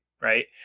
right